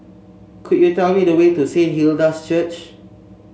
could you tell me the way to Saint Hilda's Church